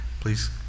please